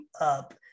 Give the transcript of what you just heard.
up